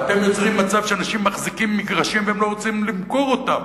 אתם יוצרים מצב שאנשים מחזיקים מגרשים והם לא רוצים למכור אותם